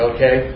Okay